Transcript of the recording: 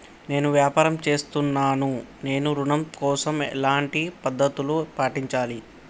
నేను వ్యాపారం చేస్తున్నాను నేను ఋణం కోసం ఎలాంటి పద్దతులు పాటించాలి?